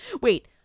Wait